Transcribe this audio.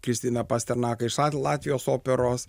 kristina pasternaka iš latvijos operos